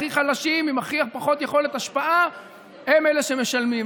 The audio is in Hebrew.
הכי חלשים עם הכי פחות יכולת השפעה הם אלה שמשלמים.